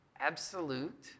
Absolute